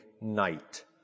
night